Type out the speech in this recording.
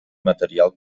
material